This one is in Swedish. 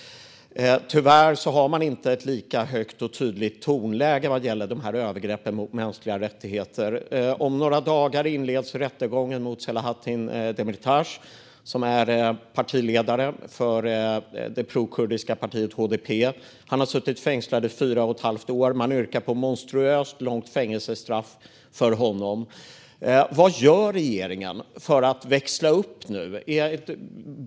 Tyvärr har man inte ett lika högt och tydligt tonläge vad gäller de här övergreppen mot mänskliga rättigheter. Om några dagar inleds rättegången mot Selahattin Demirtas som är partiledare för det prokurdiska partiet HDP. Han har suttit fängslad i fyra och ett halvt år, och man yrkar på ett monstruöst långt fängelsestraff för honom. Vad gör regeringen för att växla upp nu?